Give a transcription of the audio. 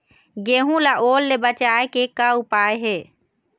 गेहूं ला ओल ले बचाए के का उपाय हे?